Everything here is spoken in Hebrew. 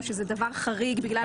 הצעה חשובה, שנשמח לקדם את החקיקה